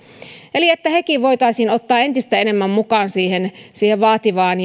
eli heidätkin voitaisiin ottaa entistä enemmän mukaan sellaiseen vaativaan